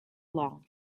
long